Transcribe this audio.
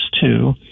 two